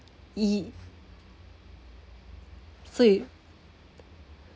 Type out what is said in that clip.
e~ so you